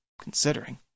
considering